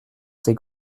ces